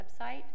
website